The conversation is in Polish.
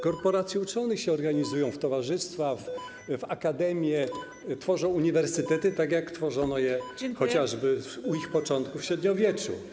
Korporacje uczonych się organizują w towarzystwa, w akademie, tworzą uniwersytety, tak jak tworzono je chociażby u ich początków w średniowieczu.